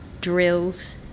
drills